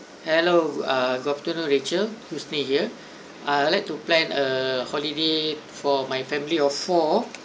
hello err good afternoon rachel husni here I would like to plan a holiday for my family of four